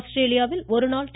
ஆஸ்திரேலியாவில் ஒருநாள் டி